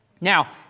Now